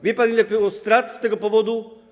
Wie pan, ile było strat z tego powodu?